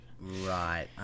Right